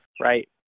right